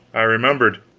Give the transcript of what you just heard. i remembered!